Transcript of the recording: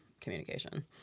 communication